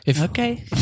Okay